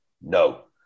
no